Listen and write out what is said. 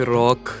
rock